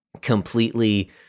completely